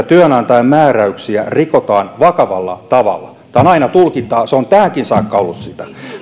työnantajan määräyksiä rikotaan vakavalla tavalla tämä on aina tulkintaa ja se on tähänkin saakka ollut sitä